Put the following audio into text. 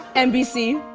nbc,